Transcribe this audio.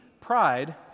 pride